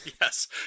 Yes